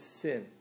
sin